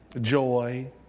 joy